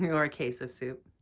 you know or a case of soup.